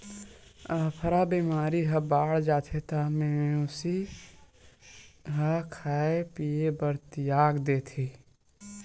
अफरा बेमारी ह बाड़ जाथे त मवेशी ह खाए पिए बर तियाग देथे